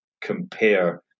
compare